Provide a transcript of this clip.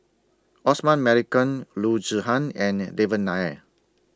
Osman Merican Loo Zihan and Devan Nair